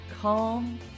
calm